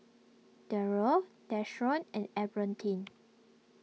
Darryll Deshaun and Albertine